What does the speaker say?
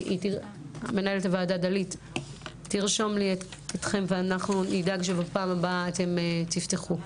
מנהלת הועדה דלית תרשום לי אתכם ואנחנו נדאג שבפעם הבאה אתם תפתחו.